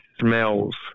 smells